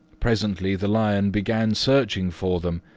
presently the lion began searching for them,